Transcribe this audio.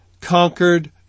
conquered